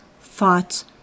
thoughts